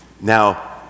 Now